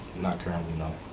not currently, no.